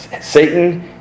Satan